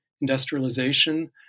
industrialization